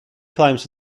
climbs